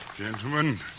Gentlemen